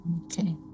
Okay